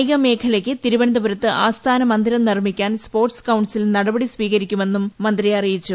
കായിക മേഖലയ്ക്ക് തിരുവനന്തപുരത്ത് ആസ്ഥാന മന്ദിരം നിർമിക്കാൻ സ്പോർട്സ് കൌൺസിൽ നടപടി സ്വീകരിക്കുമെന്നും മന്ത്രി അറിയിച്ചു